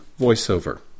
VoiceOver